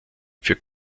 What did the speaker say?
für